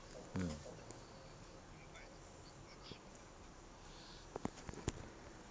mm